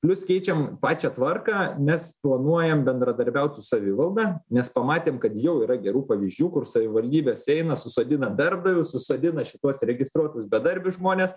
plius keičiam pačią tvarką mes planuojam bendradarbiaut su savivalda nes pamatėm kad jau yra gerų pavyzdžių kur savivaldybės eina susodina darbdavius susodina šituos registruotus bedarbius žmones